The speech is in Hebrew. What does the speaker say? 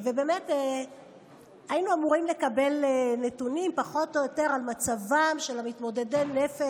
ובאמת היינו אמורים לקבל נתונים פחות או יותר על מצבם של מתמודדי נפש,